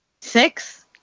Six